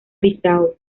bissau